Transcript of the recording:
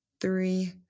three